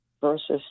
versus